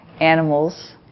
animals